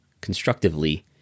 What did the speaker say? constructively